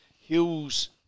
Hills